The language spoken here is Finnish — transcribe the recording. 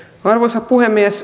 arvoisa puhemies